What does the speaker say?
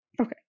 Okay